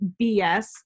BS